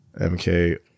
mk